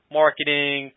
marketing